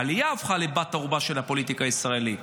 העלייה הפכה לבת ערובה של הפוליטיקה הישראלית.